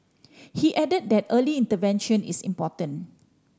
he added that early intervention is important